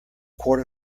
quart